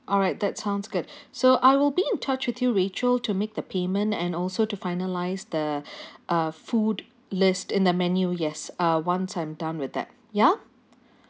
alright that sounds good so I will be in touch with you rachel to make the payment and also to finalize the uh food list in the menu yes uh once I'm done with that ya